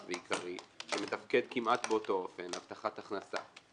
ועיקרי שמתפקד כמעט באותו אופן: הבטחת הכנסה,